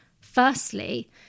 firstly